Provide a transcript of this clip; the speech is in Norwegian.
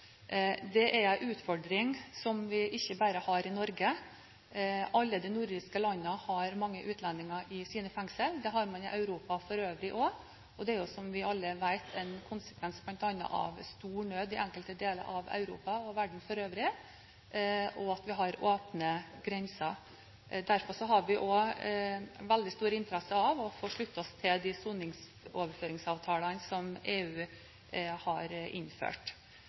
Det er en utfordring som vi ikke bare har i Norge. Alle de nordiske landene har mange utlendinger i sine fengsler, det har man i Europa for øvrig også. Det er, som vi alle vet, en konsekvens bl.a. av stor nød i enkelte deler av Europa og verden for øvrig, og at vi har åpne grenser. Derfor har vi også veldig stor interesse av å slutte oss til de soningsoverføringsavtalene som EU har innført.